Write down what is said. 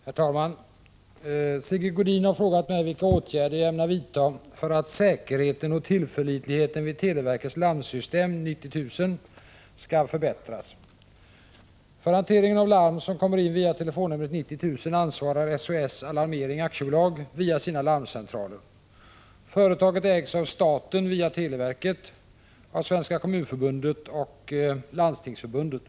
Herr talman! Sigge Godin har frågat mig vilka åtgärder jag ämnar vidta för att säkerheten och tillförlitligheten vid televerkets larmsystem 90 000 skall förbättras. För hanteringen av larm som kommer in via telefonnumret 90 000 ansvarar SOS Alarmering AB via sina larmcentraler. Företaget ägs av staten via televerket, Svenska kommunförbundet och Landstingsförbundet.